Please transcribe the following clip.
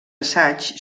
assaigs